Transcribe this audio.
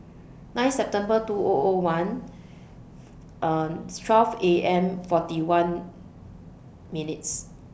nine September two O O one A M forty one minutes